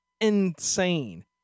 Insane